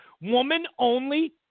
woman-only